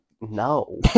No